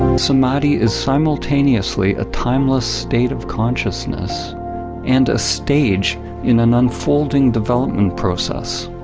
samadhi is simultaneously a timeless state of consciousness and a stage in an unfolding development process.